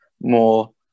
more